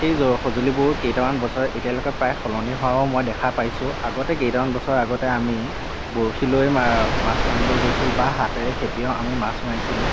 সেই সঁজুলিবোৰ কেইটামান বছৰ এতিয়ালৈকে প্ৰায় সলনি হোৱাও মই দেখা পাইছোঁ আগতে কেইটামান বছৰ আগতে আমি বৰশী লৈ মাছ মাৰিব গৈছিলোঁ বা হাতেৰে খেপিয়াও আমি মাছ মাৰিছিলোঁ